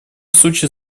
случае